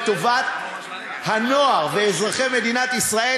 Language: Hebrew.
לטובת הנוער ואזרחי מדינת ישראל,